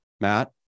Matt